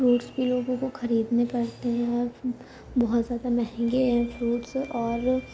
fruits بھی لوگوں کو خریدنے پڑتے ہیں بہت زیادہ مہنگے ہیں فروٹس اور